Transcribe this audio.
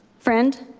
friend.